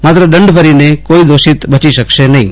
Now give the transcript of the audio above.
માત્ર દંડ ભરીને કોઈ દોષિત બચી શકશે નફી